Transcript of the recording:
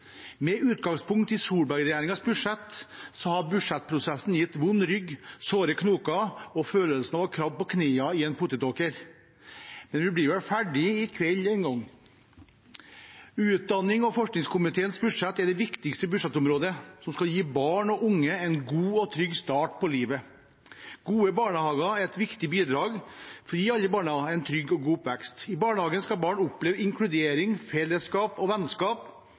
Med utgangspunkt i Solberg-regjeringens budsjett har budsjettprosessen gitt «vond rygg, såre knoker» og følelsen av å krabbe «på knea i potetåker», men «vi blir vel ferdige i kvæll en gong». Utdanning- og forskningskomiteens budsjett er det viktigste budsjettområdet for å gi barn og unge en god og trygg start på livet. Gode barnehager er et viktig bidrag for å gi alle barn en trygg og god oppvekst. I barnehagen skal barn oppleve inkludering, fellesskap og vennskap